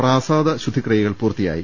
പ്രസാദ ശുദ്ധിക്രിയകൾ പൂർത്തിയായി